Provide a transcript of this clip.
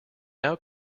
now